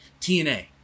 TNA